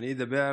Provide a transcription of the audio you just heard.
אני אדבר